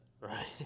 Right